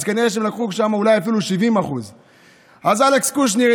אז כנראה שהם לקחו שם אולי אפילו 70%. אז אלכס קושניר,